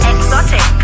Exotic